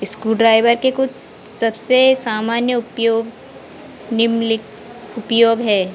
screw driver के कुछ सबसे सामान्य उपयोग निम्नलिख उपयोग हैं